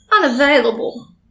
unavailable